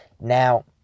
Now